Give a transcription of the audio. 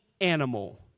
animal